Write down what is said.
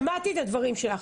שמעתי את הדברים שלך.